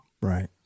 Right